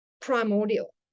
primordial